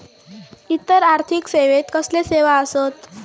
इतर आर्थिक सेवेत कसले सेवा आसत?